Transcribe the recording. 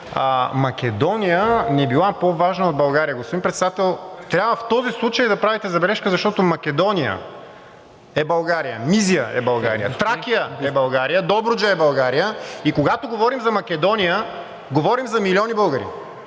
Македония не била по-важна от България. Господин Председател, трябва в този случай да правите забележка, защото Македония е България, Мизия е България, Тракия е България, Добруджа е България и когато говорим за Македония, говорим за милиони българи,